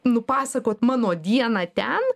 nupasakoti mano dieną ten